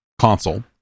console